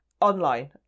online